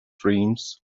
dreams